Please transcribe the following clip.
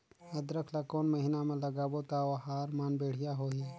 अदरक ला कोन महीना मा लगाबो ता ओहार मान बेडिया होही?